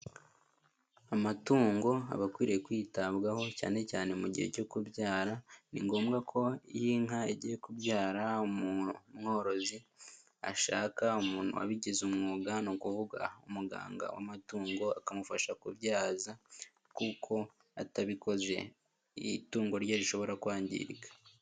Amatungo aba akwiriye kwitabwaho cyane cyane mu gihe cyo kubyara, ni ngombwa ko iyi nka igiye kubyara umworozi ashaka umuntu wabigize umwuga ni ukuvuga umuganga w'amatungo akamufasha kubyaza kuko atabikoze itungo rye rishobora kwangirika.